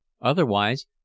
otherwise